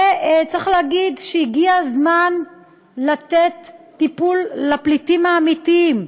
וצריך להגיד שהגיע הזמן לתת טיפול לפליטים האמיתיים,